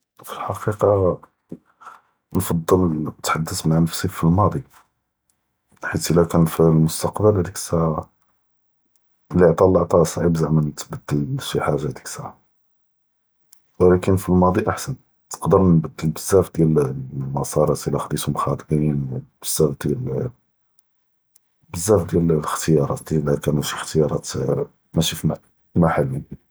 פַּאלְחַקִיקָה נְפַדֶּל נִתְחַדֶּת מַע נַפְסִי פִּי אֶלְמָאצִי, חִית אִלָּא כָּאן פִּי אֶלְמֻסְתַקְבַּל הָאדִיק אֶלְסָּאעַה לִי עְטָא אַלְלָּה עְטָא, רָאה צָעִיב זַעְמָא נִתְבַּדֶּל לְשִי חָאגָ'ה פִּי הָאדִיק אֶלְסָּאעַה, וּלָכִּן פִּי אֶלְמָאצִי אַחְסַן תְּקְדֶר נְבַּדֶּל בְּזַאף דְּיָאל אֶלְמַסָארַאת אִלָּא חְדִיתְהֻם חָאטְאִין, וּבְּזַאף דְּיָאל אֶלְאִחְתִיַארַאת לִי כָּאִיבָּאנוּ שִי אִחְתִיַארַאת מְשִי פִּי...